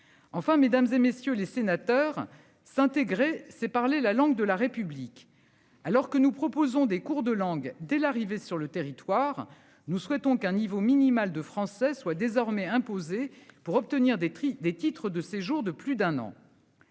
Enfin, mesdames et messieurs les sénateurs s'intégrer c'est parler la langue de la République alors que nous proposons des cours de langues dès l'arrivée sur le territoire. Nous souhaitons qu'un niveau minimal de français soient désormais. Pour obtenir des prix des titres de séjour de plus d'un an.--